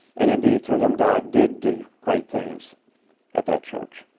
and indeed through him, god did do great things at that church.